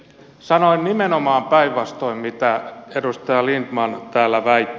sanoin nimenomaan päinvastoin kuin edustaja lindtman täällä väitti